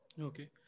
Okay